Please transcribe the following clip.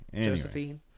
Josephine